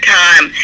time